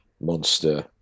Monster